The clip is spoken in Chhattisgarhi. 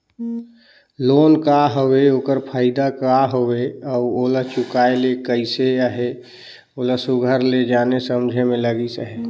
लोन का हवे ओकर फएदा का हवे अउ ओला चुकाए ले कइसे अहे ओला सुग्घर ले जाने समुझे में लगिस अहे